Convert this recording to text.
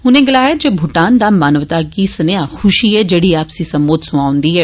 उनें गलाया जे भूआन दा मानवता गी सनेहा ख्शी ऐ जेड़ी आपसी समोद सोआं औंदी ऐ